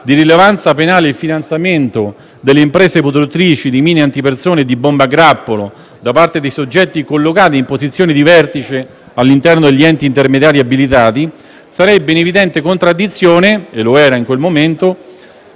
di rilevanza penale il finanziamento delle imprese produttrici di mine antipersone e di bombe a grappolo da parte dei soggetti collocati in posizione di vertice all'interno degli enti intermediari abilitati, sarebbe in evidente contraddizione - e lo era in quel momento